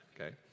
okay